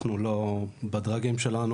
אנחנו לא יכול בדרגים שלנו,